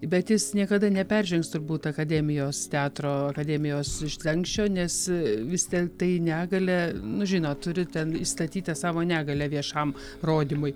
bet jis niekada neperžengs turbūt akademijos teatro akademijos slenksčio nes vis ten tai negalią nu žinot turi ten išstatyt tą savo negalią viešam rodymui